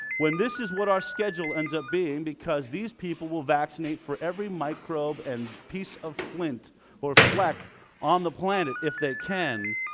when this is what our schedule ends up being, because these people will vaccinate for every microbe and piece of flint or fleck on the planet if they can.